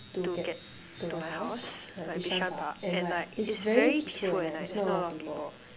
to get to my house like Bishan Park and like it's very peaceful at night there's not a lot of people